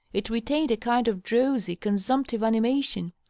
it re tained a kind of drowsy, consumptive animation,